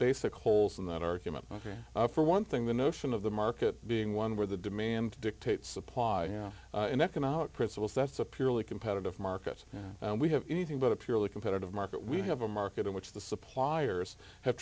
basic holes in that argument ok for one thing the notion of the market being one where the demand dictates supply an economic principles that's a purely competitive market we have anything but a purely competitive market we have a market in which the suppliers have